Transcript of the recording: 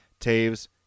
Taves